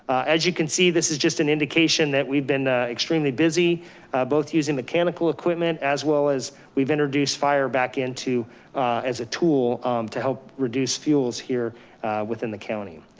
as you can see, this is just an indication that we've been extremely busy both using mechanical equipment, as well as we've introduced fire back into as a tool to help reduce fuels here within the county.